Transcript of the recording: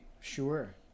Sure